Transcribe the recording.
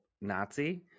Nazi